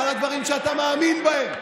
על הדברים שאתה מאמין בהם.